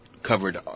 Covered